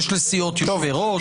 יש לסיעות יושבי-ראש.